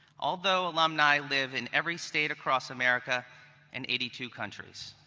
although alumni live in every state across america and eighty two countries.